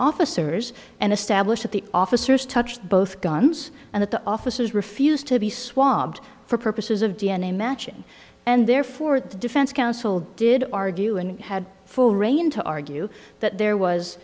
officers and establish that the officers touched both guns and that the officers refused to be swabs for purposes of d n a matching and therefore the defense counsel did argue and had full rein to argue that there was